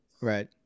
Right